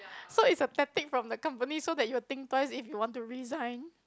so is a tactic from the company so that you will think twice if you want to resign